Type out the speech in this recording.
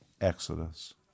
Exodus